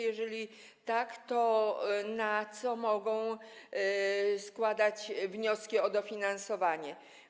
Jeżeli tak, to na co można składać wnioski o dofinansowanie?